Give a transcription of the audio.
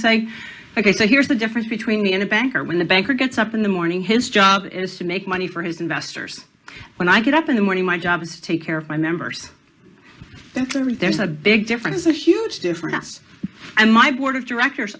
say ok so here's the difference between the in a banker when the banker gets up in the morning his job is to make money for his investors when i get up in the morning my job is to take care of my members and clearly there's a big difference a huge difference and my board of directors